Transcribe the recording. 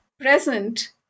present